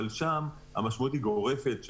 אבל שם המשמעות היא גורפת,